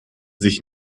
sich